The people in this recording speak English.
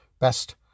best